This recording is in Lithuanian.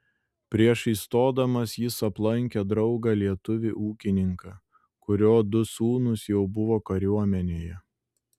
prieš įstodamas jis aplankė draugą lietuvį ūkininką kurio du sūnūs jau buvo kariuomenėje